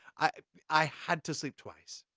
i i had to sleep twice.